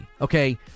okay